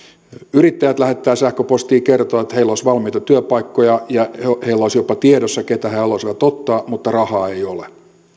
yrittäjät lähettävät sähköpostia ja kertovat että heillä olisi valmiita työpaikkoja ja heillä olisi jopa tiedossa ketä he haluaisivat ottaa mutta rahaa ei ole